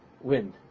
wind